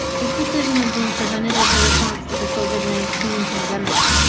this decision is being presented as a response to the covid nineteen pandemic.